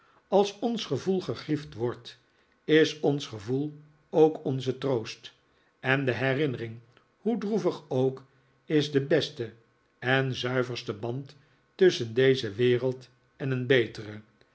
als ons gevoel gegriefd wordt is ons gevoel ook onze troost en de herinnering hoe droevig ook is de beste en zuiverste band tusschen deze wereld en een betere